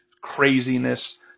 Craziness